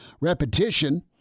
repetition